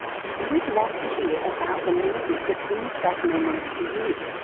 and we'd love to hear about the music that brings backs memories for you,